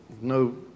no